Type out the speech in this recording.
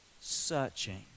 searching